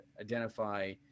identify